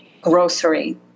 grocery